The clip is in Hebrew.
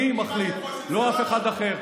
אני מחליט, לא אף אחד אחר.